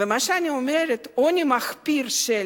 ומה שאני אומרת: עוני מחפיר של